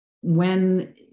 when-